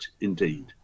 indeed